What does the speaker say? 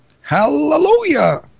Hallelujah